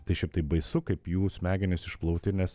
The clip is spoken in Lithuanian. tai šiaip tai baisu kaip jų smegenys išplauti nes